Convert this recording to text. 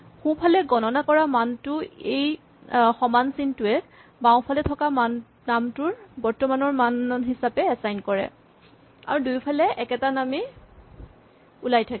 সোঁফালে গণনা কৰা মানটো এই সমান চিনটোৱে বাওঁফালে থকা নামটোৰ বৰ্তমানৰ মান হিচাপে এচাইন কৰে আৰু দুয়োফালে একেটা নামেই ওলাই থাকে